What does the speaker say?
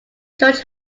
george